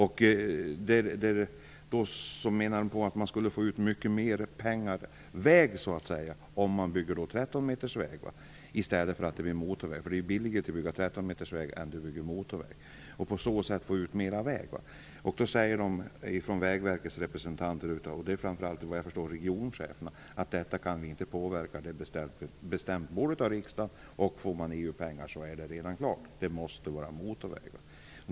De menar att man skulle få ut mer väg för pengarna om man bygger en 13 meter bred väg i stället för en motorväg, eftersom det ju är billigare att bygga en 13 meter bred väg än att bygga en motorväg. Vägverkets representanter, framför allt regioncheferna, säger att detta inte kan påverkas därför att beslutet är fattat av riksdagen och att om man får EU pengar så är det redan klart att det måste bli motorväg.